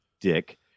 dick